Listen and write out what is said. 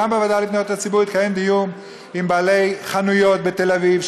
וגם בוועדה לפניות הציבור התקיים דיון עם בעלי חנויות בתל-אביב,